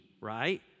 right